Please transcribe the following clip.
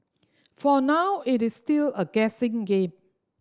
for now it is still a guessing game